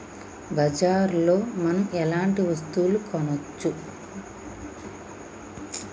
బజార్ లో మనం ఎలాంటి వస్తువులు కొనచ్చు?